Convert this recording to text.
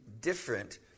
different